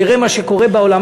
תראה מה שקורה בעולם,